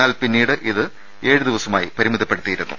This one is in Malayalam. എന്നാൽ പിന്നീട് ഇത് ഏഴ് ദിവസമായി പരിമിതപ്പെടുത്തിയിരുന്നു